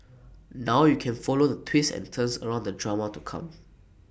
now you can follow the twists and turns around the drama to come